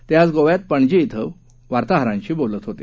ते आज गोव्यात पणजी इथं वार्ताहरांशी बोलत होते